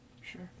Sure